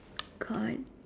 God